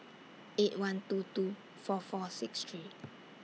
eight one two two four four six three